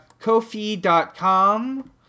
Kofi.com